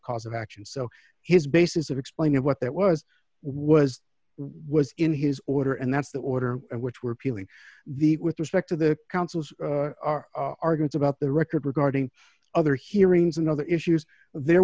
cause of action so his basis of explaining what that was was was in his order and that's the order which were peeling the with respect to the counsel's argand's about the record regarding other hearings and other issues there